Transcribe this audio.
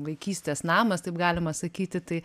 vaikystės namas taip galima sakyti tai